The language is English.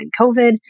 COVID